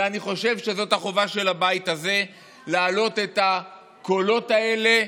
ואני חושב שזאת החובה של הבית הזה להעלות את הקולות האלה,